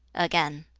again,